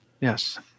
yes